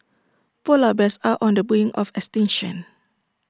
Polar Bears are on the brink of extinction